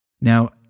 Now